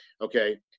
Okay